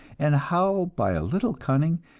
and how by a little cunning,